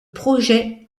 projet